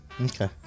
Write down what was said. Okay